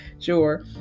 Sure